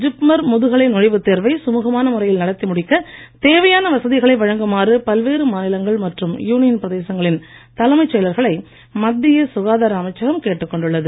ஜிப்மர் முதுகலை நுழைவுத் தேர்வை சுமுகமான முறையில் நடத்தி முடிக்க தேவையான வசதிகளை வழங்குமாறு பல்வேறு மாநிலங்கள் மற்றும் யூனியன் பிரதேசங்களின் தலைமைச் செயலர்களை மத்திய சுகாதார அமைச்சகம் கேட்டுக்கொண்டுள்ளது